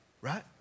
right